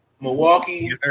Milwaukee